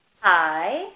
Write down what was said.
Hi